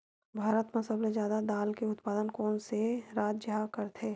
भारत मा सबले जादा दाल के उत्पादन कोन से राज्य हा करथे?